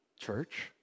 church